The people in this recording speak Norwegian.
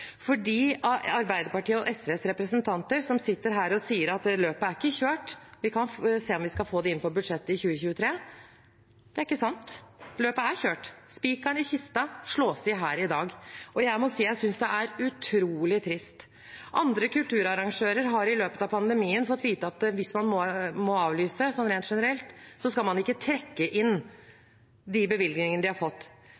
Arbeiderpartiet og SVs representanter som sitter her og sier at løpet er ikke kjørt, de skal se om de skal få det inn på budsjettet for 2023: Det er ikke sant. Løpet er kjørt. Spikeren i kista slås inn her i dag, og jeg synes det er utrolig trist. Andre kulturarrangører har i løpet av pandemien fått vite at hvis man må avlyse, rent generelt, skal man ikke trekke